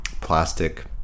plastic